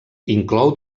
inclou